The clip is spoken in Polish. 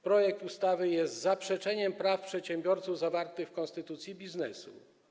Projekt ustawy jest zaprzeczeniem praw przedsiębiorców zawartych w konstytucji biznesu.